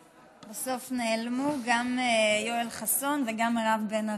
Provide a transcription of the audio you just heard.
בסוף נעלמו גם יואל חסון וגם מירב בן ארי.